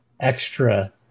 extra